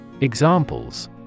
Examples